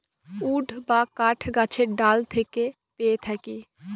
would বা কাঠ গাছের ডাল থেকে পেয়ে থাকি